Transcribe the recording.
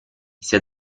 sia